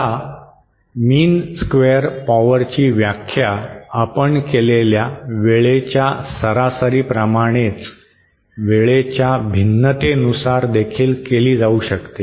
आता mean square पॉवरची व्याख्या आपण केलेल्या वेळेच्या सरासरीप्रमाणेच वेळेच्या भिन्नतेनुसार देखील केली जाऊ शकते